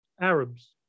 Arabs